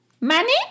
Money